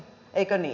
eikö niin